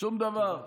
שום דבר.